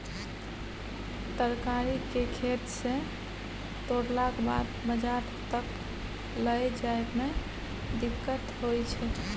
तरकारी केँ खेत सँ तोड़लाक बाद बजार तक लए जाए में दिक्कत होइ छै